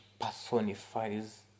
personifies